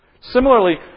Similarly